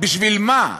בשביל מה?